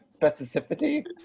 specificity